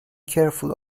careful